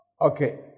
okay